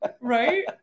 right